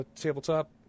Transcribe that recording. tabletop